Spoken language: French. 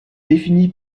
défini